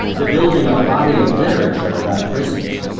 the building of a body of literature about prisons.